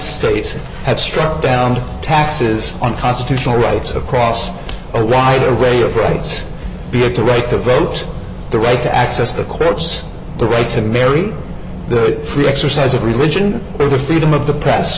states have struck down the taxes on constitutional rights across a wide array of rights be it the right to vote the right to access the clips the right to marry the free exercise of religion or the freedom of the press